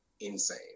insane